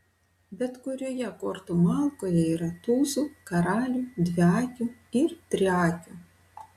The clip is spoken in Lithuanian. bet kurioje kortų malkoje yra tūzų karalių dviakių ir triakių